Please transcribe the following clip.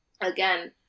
again